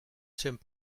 cent